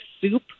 soup